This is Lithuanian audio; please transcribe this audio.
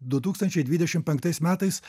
du tūkstančiai dvidešimt penktais metais